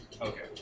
Okay